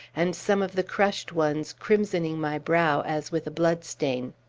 and some of the crushed ones crimsoning my brow as with a bloodstain.